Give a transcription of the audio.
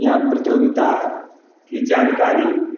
या प्रतियोगिता की जानकारी